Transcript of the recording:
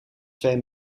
twee